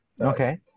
okay